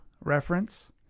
reference